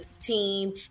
team